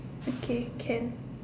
okay can